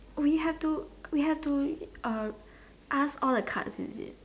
oh we have to we have to uh ask all the cards is it